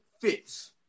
fits